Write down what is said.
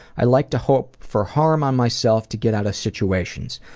i like to hope for harm on myself to get out of situations.